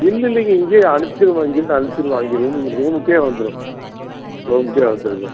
இல்லை இல்லைங்க இங்கேயே அனுப்பிச்சுருவோம் இங்கே இருந்து அனுப்பிச்சுருவோம் அங்கே ரூமுக்கு ரூமுக்கே வந்துரும் ரூமுக்கே வந்துருங்க